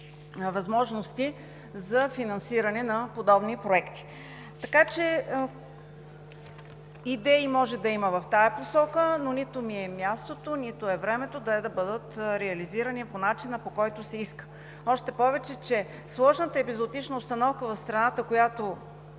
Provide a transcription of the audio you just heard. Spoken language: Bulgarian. за финансиране на подобни проекти. Може да има идеи в тази посока, но нито им е мястото, нито е времето те да бъдат реализирани по начина, по който се иска, още повече че сложната епизоотична обстановка в страната от